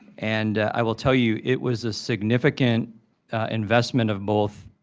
and i will tell you, it was a significant investment of both,